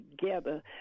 together